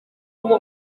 ngo